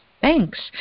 Thanks